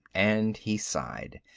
and he sighed.